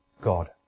God